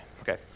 okay